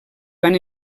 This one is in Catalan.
van